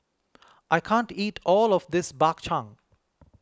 I can't eat all of this Bak Chang